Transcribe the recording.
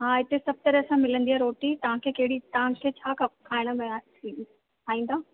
हा हिते सभु तरह सां मिलंदी आहे रोटी तव्हांखे कहिड़ी तव्हां छा खप खाइण में आहे खाईंदा